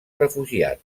refugiat